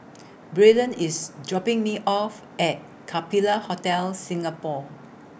Braylen IS dropping Me off At Capella Hotel Singapore